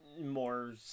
more